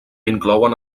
inclouen